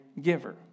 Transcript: giver